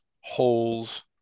holes